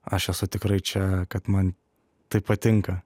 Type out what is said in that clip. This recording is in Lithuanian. aš esu tikrai čia kad man tai patinka